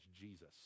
Jesus